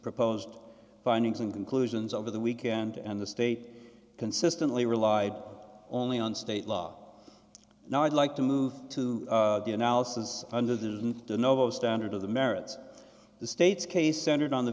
proposed findings and conclusions over the weekend and the state consistently relied only on state law now i'd like to move to the analysis under the the no standard of the merits of the state's case centered on the